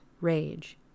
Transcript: rage